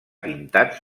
pintats